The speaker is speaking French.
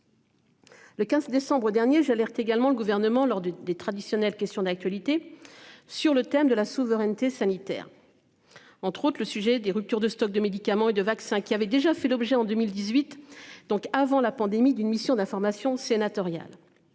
Le 15 décembre dernier. J'alerte également le gouvernement lors du des traditionnelles questions d'actualité sur le thème de la souveraineté sanitaire. Entre autres le sujet des ruptures de stock de médicaments et de vaccins qui avait déjà fait l'objet en 2018 donc avant la pandémie, d'une mission d'information sénatoriale.